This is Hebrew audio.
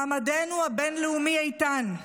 מעמדנו הבין-לאומי איתן.